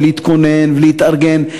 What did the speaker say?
להתכונן ולהתארגן.